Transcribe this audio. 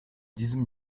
diesem